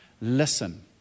Listen